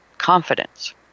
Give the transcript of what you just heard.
confidence